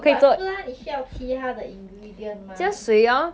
but flour 你需要其他的 ingredient mah